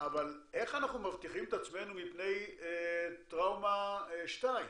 אבל איך אנחנו מבטיחים את עצמנו מפני טראומה שתיים,